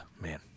man